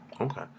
Okay